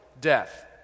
death